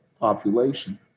population